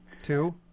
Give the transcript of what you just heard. Two